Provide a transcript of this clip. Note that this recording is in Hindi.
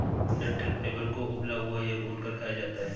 डंठल फाइबर को उबला हुआ या भूनकर खाया जाता है